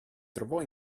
trovò